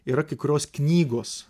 yra kai kurios knygos